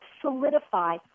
solidify